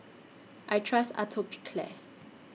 I Trust Atopiclair